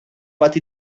what